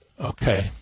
Okay